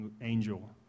angel